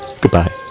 Goodbye